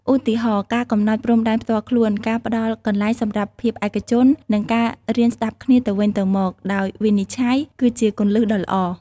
ឧទាហរណ៍ ការកំណត់ព្រំដែនផ្ទាល់ខ្លួន ការផ្តល់កន្លែងសម្រាប់ភាពឯកជន និងការរៀនស្តាប់គ្នាទៅវិញទៅមកដោយវិនិច្ឆ័យ គឺជាគន្លឹះដ៏ល្អ។